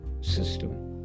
system